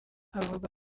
avuga